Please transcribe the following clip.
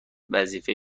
وظیفه